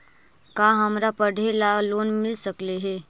का हमरा पढ़े ल लोन मिल सकले हे?